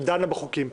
שדנות בחוקים.